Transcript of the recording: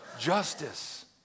justice